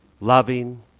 loving